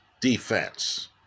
defense